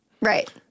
Right